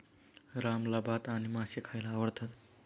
रामला भात आणि मासे खायला आवडतात